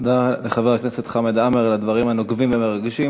תודה לחבר הכנסת חמד עמאר על הדברים הנוקבים והמרגשים.